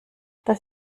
das